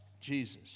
Jesus